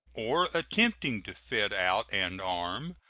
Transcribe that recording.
or attempting to fit out and arm,